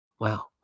wow